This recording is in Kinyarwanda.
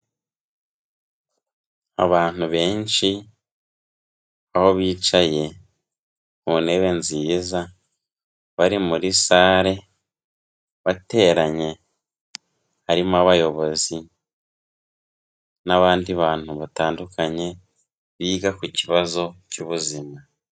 Abantu benshi, aho bicaye mu ntebe nziza bari muri sare, bateranye harimo abayobozi n'abandi bantu batandukanye biga ku kibazo cy'ubuzima.